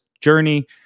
journey